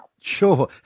Sure